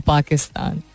Pakistan